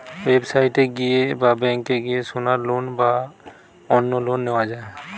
website এ গিয়ে বা ব্যাংকে গিয়ে সোনার লোন বা অন্য লোন নেওয়া যায়